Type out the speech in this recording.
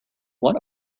what